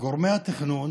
גורמי התכנון